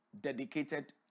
dedicated